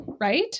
right